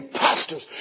pastors